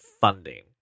funding